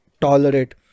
tolerate